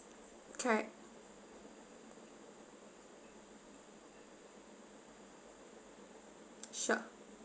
correct sure